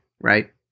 right